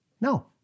No